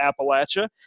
Appalachia